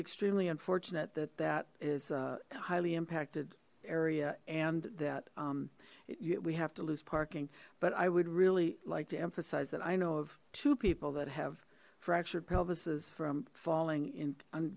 extremely unfortunate that that is a highly impacted area and that we have to lose parking but i would really like to emphasize that i know of two people that have fractured pelvis from falling in